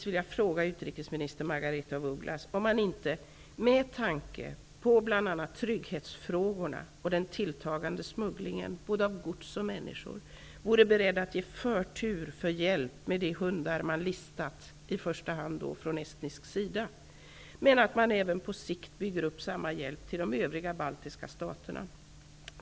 Margaretha af Ugglas om man inte -- med tanke på bl.a. trygghetsfrågorna och den tilltagande smugglingen, både av gods och av människor, vore beredd att ge förtur för hjälp med de hundar som listats från i första hand estnisk sida. Men det gäller även att på sikt bygga upp samma typ av hjälp till de övriga två baltiska staterna.